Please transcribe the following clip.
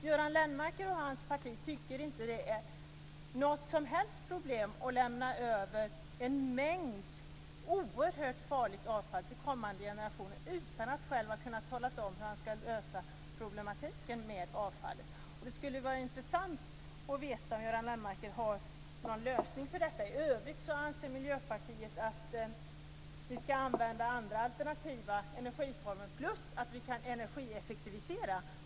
Göran Lennmarker och hans parti tycker inte att det är något som helst problem med att lämna över en mängd oerhört farligt avfall till kommande generationer utan att han har talat om hur han ska lösa problematiken med avfallet. Det skulle vara intressant att få veta om Göran Lennmarker har någon lösning på detta problem. I övrigt anser Miljöpartiet att vi ska använda andra alternativa energiformer plus att vi kan energieffektivisera.